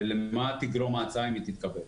ולמה תגרום ההצעה אם היא תתקבל.